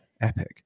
Epic